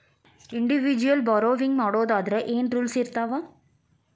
Individual borrowing ಮಾಡೊದಾದ್ರ ಏನ್ ರೂಲ್ಸಿರ್ತಾವ?